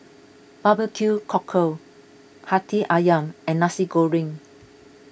Barbecue Cockle Hati Ayam and Nasi Goreng